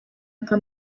nka